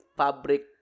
fabric